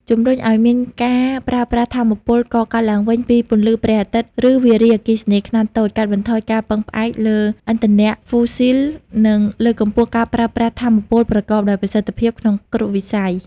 ជំរុញអោយមានការប្រើប្រាស់ថាមពលកកើតឡើងវិញ ពីពន្លឺព្រះអាទិត្យ ឬ វារីអគ្គិសនីខ្នាតតូច កាត់បន្ថយការពឹងផ្អែកលើឥន្ធនៈហ្វូស៊ីល និងលើកកម្ពស់ការប្រើប្រាស់ថាមពលប្រកបដោយប្រសិទ្ធភាពក្នុងគ្រប់វិស័យ។